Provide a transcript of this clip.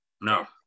No